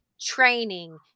training